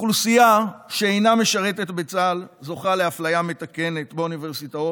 אוכלוסייה שאינה משרתת בצה"ל זוכה לאפליה מתקנת באוניברסיטאות,